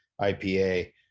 IPA